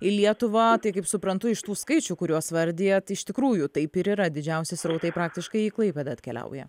į lietuvą tai kaip suprantu iš tų skaičių kuriuos vardija iš tikrųjų taip ir yra didžiausi srautai praktiškai į klaipėdą atkeliauja